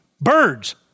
birds